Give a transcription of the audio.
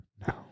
No